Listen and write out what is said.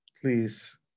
please